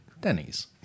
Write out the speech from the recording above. Denny's